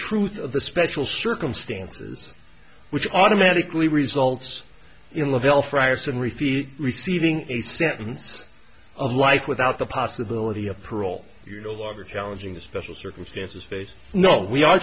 truth of the special circumstances which automatically results in la belle france and repeat receiving a sentence of life without the possibility of parole you're no longer challenging the special circumstances face no we are